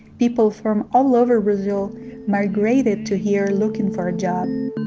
people from all over brazil migrated to here looking for a job.